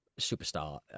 superstar